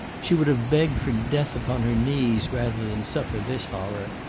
she would have begged for death upon her knees rather than suffer this horror.